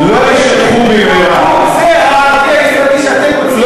זה הערבי הישראלי שאתם רוצים, לא יישכחו במהרה.